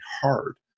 hard